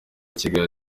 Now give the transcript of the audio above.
kigali